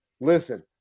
listen